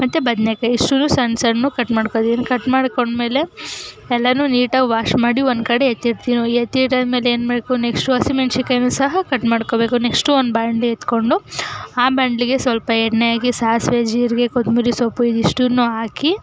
ಮತ್ತು ಬದನೇಕಾಯಿ ಇಷ್ಟನ್ನೂ ಸಣ್ಣ ಸಣ್ಣಕೆ ಕಟ್ ಮಾಡ್ಕೊಳ್ತೀನಿ ಕಟ್ ಮಾಡಿಕೊಂಡ್ಮೇಲೆ ಎಲ್ಲನೂ ನೀಟಾಗಿ ವಾಶ್ ಮಾಡಿ ಒಂದು ಕಡೆ ಎತ್ತಿಟ್ಟು ಎತ್ತಿಟ್ಟಮೇಲೆ ಏನು ಮಾಡಬೇಕು ನೆಕ್ಸ್ಟು ಹಸಿಮೆಣಸಿನ್ಕಾಯಿಯೂ ಸಹ ಕಟ್ ಮಾಡ್ಕೊಳ್ಬೇಕು ನೆಕ್ಸ್ಟು ಒಂದು ಬಾಣಲಿ ಎತ್ತಿಕೊಂಡು ಆ ಬಾಣಲಿಗೆ ಸ್ವಲ್ಪ ಎಣ್ಣೆ ಹಾಕಿ ಸಾಸಿವೆ ಜೀರಿಗೆ ಕೊತ್ತಂಬ್ರಿ ಸೊಪ್ಪು ಇದಿಷ್ಟನ್ನೂ ಹಾಕಿ